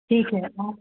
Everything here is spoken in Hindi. ठीक है और